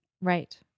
Right